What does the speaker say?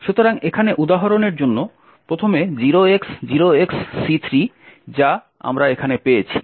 সুতরাং এখানে উদাহরণের জন্য প্রথম 0x0XC3 যা আমরা এখানে পেয়েছি